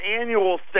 annual